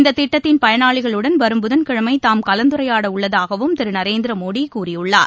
இந்ததிட்டத்தின் பயனாளிகளுடன் புதன் கிழமைதாம் கலந்துரையாடவுள்ளதாகவும் வரும் திருநரேந்திரமோடகூறியுள்ளார்